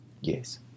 Yes